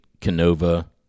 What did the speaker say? Canova